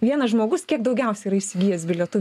vienas žmogus kiek daugiausiai yra įsigijęs bilietų